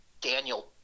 Daniel